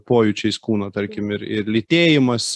pojūčiais kūno tarkim ir ir lytėjimas